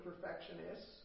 perfectionists